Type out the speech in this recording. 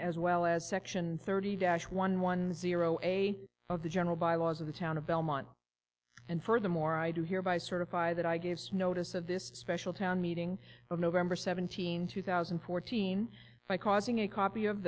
as well as section thirty dash one one zero eight of the general bylaws of the town of belmont and furthermore i do hereby certify that i gave notice of this special town meeting on november seventeenth two thousand and fourteen by causing a copy of